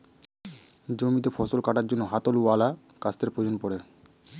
জমিতে ফসল কাটার জন্য হাতওয়ালা কাস্তের প্রয়োজন পড়ে